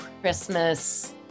Christmas